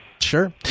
Sure